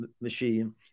machine